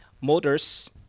motors